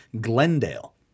Glendale